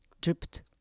dripped